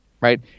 right